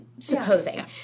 Supposing